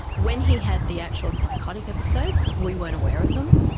when he had the actual psychotic episodes we weren't aware of them,